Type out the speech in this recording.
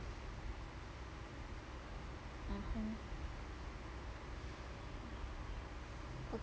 mm